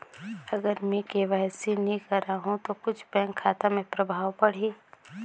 अगर मे के.वाई.सी नी कराहू तो कुछ बैंक खाता मे प्रभाव पढ़ी?